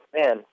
man